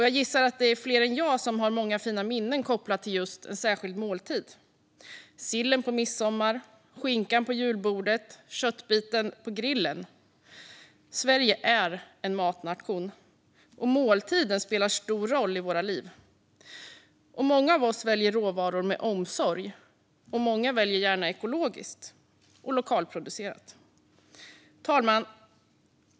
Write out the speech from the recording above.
Jag gissar att det är fler än jag som har många fina minnen kopplade till en särskild måltid: sillen på midsommar, skinkan på julbordet och köttbiten på grillen. Sverige är en matnation, och måltiden spelar stor roll i våra liv. Många av oss väljer råvaror med omsorg, och många väljer gärna ekologiskt och lokalproducerat. Fru talman!